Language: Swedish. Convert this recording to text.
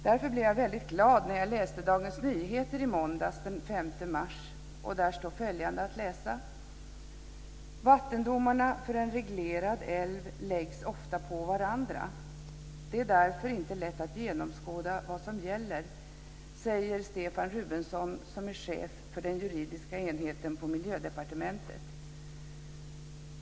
Därför blev jag väldigt glad när jag läste Dagens Där står följande att läsa: "Vattendomarna för en reglerad älv läggs ofta på varandra. Det är därför inte lätt att genomskåda vad som gäller, säger Stefan Rubenson, chef för den juridiska enheten på miljödepartementet.